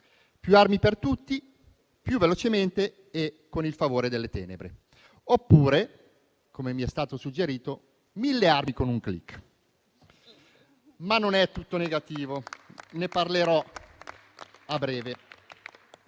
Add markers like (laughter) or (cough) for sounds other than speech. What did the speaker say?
più armi per tutti, più velocemente e con il favore delle tenebre; oppure, come mi è stato suggerito, mille armi con un *click*. (applause) Non è però tutto negativo, e ne parlerò a breve. Abbiamo